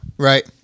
Right